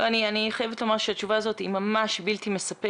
אני חייבת לומר שהתשובה הזאת היא ממש בלתי מספקת.